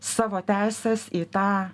savo teises į tą